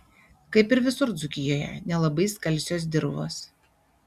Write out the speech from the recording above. kaip ir visur dzūkijoje nelabai skalsios dirvos